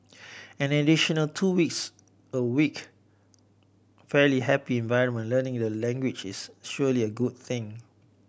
an additional two weeks a week fairly happy environment learning the language is surely a good thing